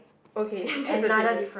okay then that's a different